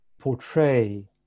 portray